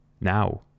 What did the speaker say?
Now